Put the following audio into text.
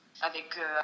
avec